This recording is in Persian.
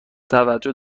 توجه